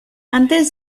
antes